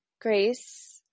Grace